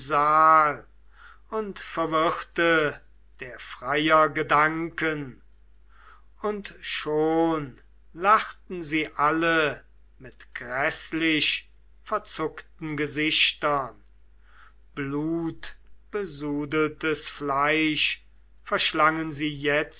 und verwirrte der freier gedanken und schon lachten sie alle mit gräßlichverzuckten gesichtern blutbesudeltes fleisch verschlangen sie jetzo